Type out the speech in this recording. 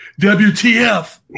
WTF